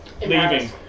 leaving